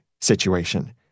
situation